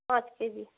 پانچ کے جی